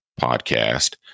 podcast